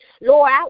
Lord